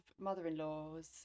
mother-in-laws